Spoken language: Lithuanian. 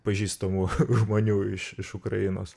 pažįstamų žmonių iš iš ukrainos